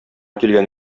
килгән